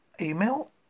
email